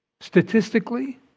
statistically